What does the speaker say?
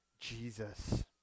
Jesus